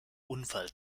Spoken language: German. unfall